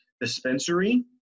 dispensary